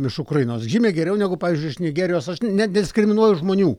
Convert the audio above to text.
iš ukrainos žymiai geriau negu pavyzdžiui iš nigerijos nediskriminuoju žmonių